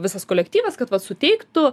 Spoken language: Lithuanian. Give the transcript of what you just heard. visas kolektyvas kad va suteiktų